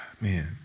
Man